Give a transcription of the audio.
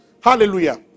hallelujah